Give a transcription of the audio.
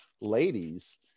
ladies